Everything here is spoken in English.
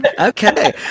Okay